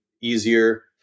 easier